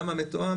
למה מתואם?